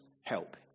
help